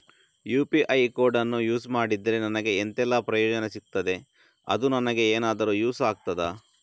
UPI ಕೋಡನ್ನು use ಮಾಡಿದ್ರೆ ನನಗೆ ಎಂಥೆಲ್ಲಾ ಪ್ರಯೋಜನ ಸಿಗ್ತದೆ, ಅದು ನನಗೆ ಎನಾದರೂ ಯೂಸ್ ಆಗ್ತದಾ?